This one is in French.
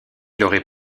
l’aurait